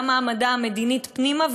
גם מעמדה המדיני פנימה,